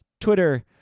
Twitter